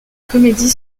comédie